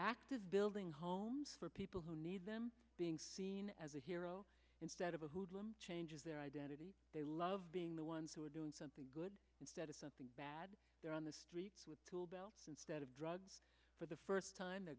of building homes for people who need them being seen as a hero instead of a hoodlums changes their identity they love being the ones who are doing something good instead of something bad they're on the streets with tool belt instead of drugs for the first time the